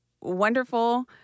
wonderful